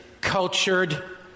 cultured